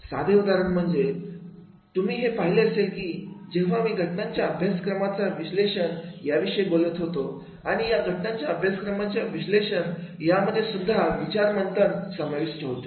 साधे उदाहरण म्हणजे तुम्ही हे पाहिला असेल की जेव्हा मी घटनांच्या अभ्यासक्रमाच्या विश्लेषण या विषयी बोलत होतो आणि या घटनांच्या अभ्यासक्रमांच्या विश्लेषण या मध्ये सुद्धा विचार मंथन समाविष्ट होते